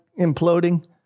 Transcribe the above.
imploding